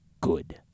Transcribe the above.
good